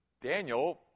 Daniel